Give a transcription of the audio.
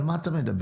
על מה אתה מדבר.